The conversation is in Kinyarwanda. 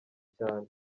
cyane